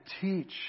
teach